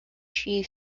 she